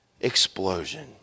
explosion